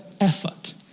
effort